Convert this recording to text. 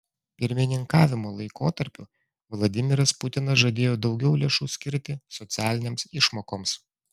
pirmininkavimo laikotarpiu vladimiras putinas žadėjo daugiau lėšų skirti socialinėms išmokoms